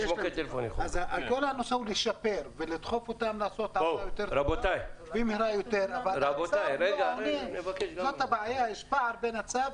אז כל הבקשה היא לשפר ולעשות אותם יותר מהירים אבל יש פער בין הצו,